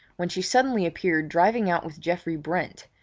when she suddenly appeared driving out with geoffrey brent,